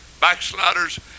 backsliders